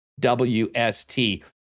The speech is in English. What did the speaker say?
WST